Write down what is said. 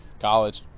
College